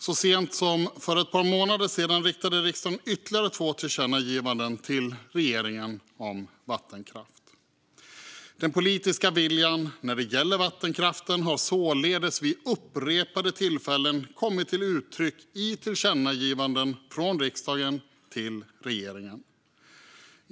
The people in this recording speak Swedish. Så sent som för ett par månader sedan riktade riksdagen ytterligare två tillkännagivanden till regeringen om vattenkraft. Den politiska viljan när det gäller vattenkraften har således vid upprepade tillfällen kommit till uttryck i tillkännagivanden från riksdagen till regeringen.